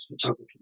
photography